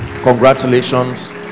congratulations